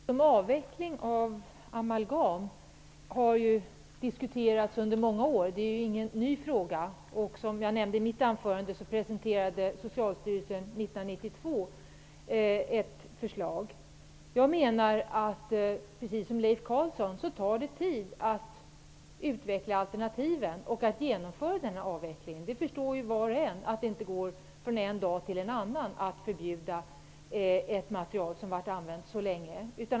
Herr talman! Frågan om avveckling av amalgam har diskuterats under många år. Det är ingen ny fråga. Jag nämnde i mitt anförande att Socialstyrelsen presenterade ett förslag 1992. Jag hävdar precis som Leif Carlson, att det tar tid att utveckla alternativen och att genomföra avvecklingen. Var och en förstår ju att det inte går att från en dag till en annan förbjuda ett material som har använts så länge.